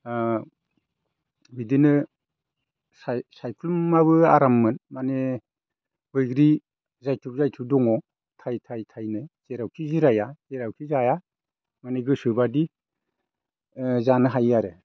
बिदिनो सायख्लुमाबो आराममोन माने बैग्रि जायथुब जायथुब दङ थाय थायनो जेरावखि जिराया जेरावखि जाया माने गोसोबायदि जानो हायो आरो